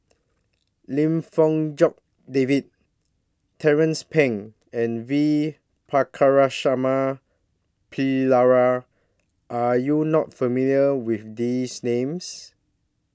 Lim Fong Jock David Tracie Pang and V Pakirisamy Pillai Are YOU not familiar with These Names